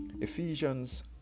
ephesians